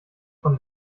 von